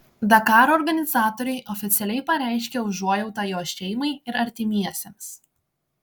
dakaro organizatoriai oficialiai pareiškė užuojautą jo šeimai ir artimiesiems